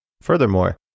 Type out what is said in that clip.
Furthermore